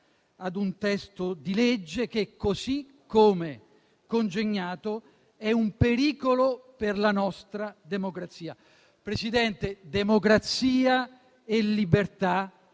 ad un testo di legge che, così come congegnato, è un pericolo per la nostra democrazia. Signor Presidente, colleghi, democrazia e libertà